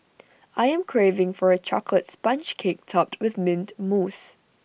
I am craving for A Chocolate Sponge Cake Topped with Mint Mousse